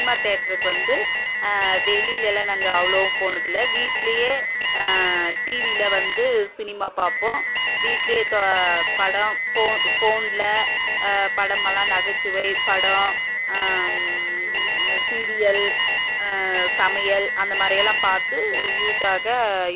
cinema தேட்ருக்கு வந்து வெளிலேயெல்லாம் நாங்கள் அவ்வளோவும் போனதில்லை வீட்லேயே டிவியில் வந்து சினிமா பார்ப்போம் வீட்லேயே தோ படம் ஃபோன் ஃபோனில் படமெல்லாம் நகைச்சுவை படம் சீரியல் சமையல் அந்த மாதிரியெல்லாம் பார்த்து யூஸாக